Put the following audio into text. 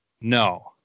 No